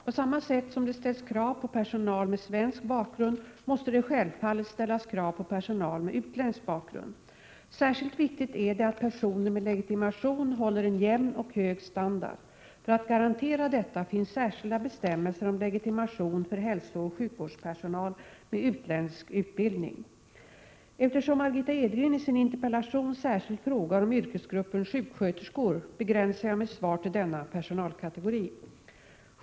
På samma sätt som det ställs krav på personal med svensk bakgrund måste det självfallet ställas krav på personal med utländsk bakgrund. Särskilt viktigt är det att personer med legitimation håller en jämn och hög standard. För att garantera detta finns särskilda bestämmelser om legitimation för hälsooch sjukvårdspersonal med utländsk utbildning. Eftersom Margitta Edgren i sin interpellation särskilt frågar om yrkesgruppen sjuksköterskor begränsar jag mitt svar till denna personalkategori.